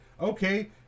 Okay